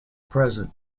present